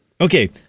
Okay